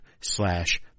slash